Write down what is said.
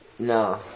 No